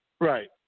Right